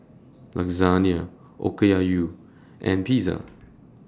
Lasagne Okayu and Pizza